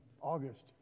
August